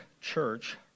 Church